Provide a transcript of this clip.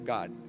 God